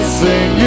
sing